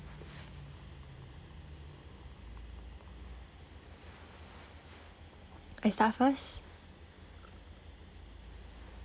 I start first